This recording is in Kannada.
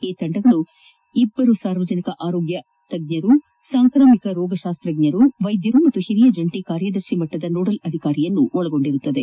ಈ ತಂಡವು ಇಬ್ಬರು ಸಾರ್ವಜನಿಕ ಆರೋಗ್ಯ ತಜ್ಞರು ಸಾಂಕ್ರಾಮಿಕ ರೋಗಶಾಸ್ತ್ರಜ್ಞರು ವೈದ್ಯರು ಹಾಗೂ ಹಿರಿಯ ಜಂಟಿ ಕಾರ್ಯದರ್ಶಿ ಮಟ್ಟದ ನೋಡಲ್ ಅಧಿಕಾರಿಗಳನ್ನು ಒಳಗೊಂಡಿದೆ